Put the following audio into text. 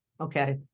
Okay